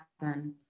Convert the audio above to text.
happen